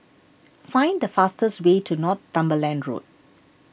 find the fastest way to Northumberland Road